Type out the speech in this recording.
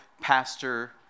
Pastor